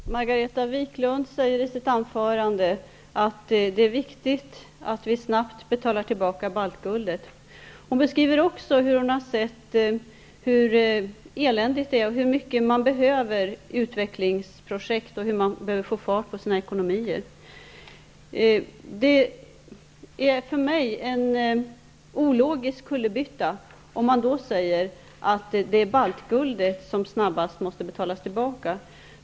Fru talman! Margareta Viklund säger i sitt anförande att det är viktigt att vi snabbt betalar tillbaka baltguldet. Hon säger också att hon sett hur eländigt det är och beskriver hur mycket man behöver utvecklingsprojekt och behöver få fart på sina ekonomier. Det är för mig en logisk kullerbytta att då säga att det som nu snabbast skall göras är att betala tillbaka baltguldet.